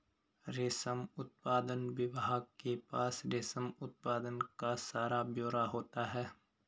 रेशम उत्पादन विभाग के पास रेशम उत्पादन का सारा ब्यौरा होता है